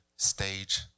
Stage